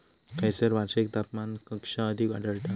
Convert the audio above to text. खैयसर वार्षिक तापमान कक्षा अधिक आढळता?